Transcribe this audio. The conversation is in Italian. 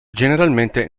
generalmente